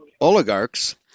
oligarchs